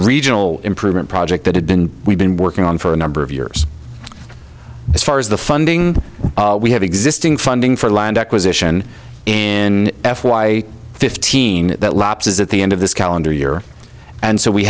regional improvement project that had been we've been working on for a number of years as far as the funding we have existing funding for land acquisition in f y fifteen that lapse is at the end of this calendar year and so we